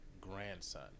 grandson